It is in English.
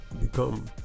Become